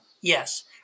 Yes